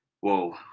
whoa